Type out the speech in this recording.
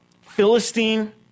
philistine